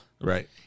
Right